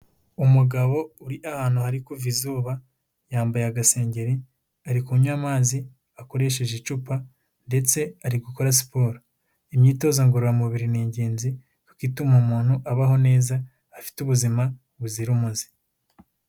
Umugabo uri ahantu hari kuva izuba, yambaye agasengeri, ari kunywa amazi akoresheje icupa ndetse ari gukora siporo. Imyitozo ngororamubiri ni ingenzi, kuko ituma umuntu abaho neza afite ubuzima buzira umuze.